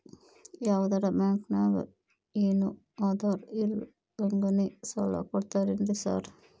ಯಾವದರಾ ಬ್ಯಾಂಕ್ ನಾಗ ಏನು ಆಧಾರ್ ಇಲ್ದಂಗನೆ ಸಾಲ ಕೊಡ್ತಾರೆನ್ರಿ ಸಾರ್?